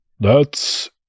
That's